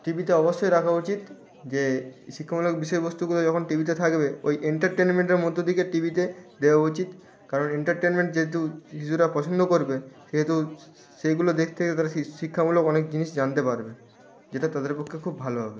টি ভিতে অবশ্যই রাখা উচিত যে শিক্ষামূলক বিষয়বস্তুগুলো যখন টি ভিতে থাকবে ওই এন্টারটেনমেন্টের মধ্য থিকে টি ভিতে দেওয়া উচিত কারণ এন্টারটেনমেন্ট যেহেতু শিশুরা পছন্দ করবে সেহেতু সেইগুলো দেখতে তারা শি শিক্ষামূলক অনেক জিনিস জানতে পারবে যেটা তাদের পক্ষে খুব ভালো হবে